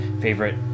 favorite